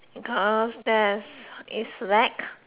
because that it's slack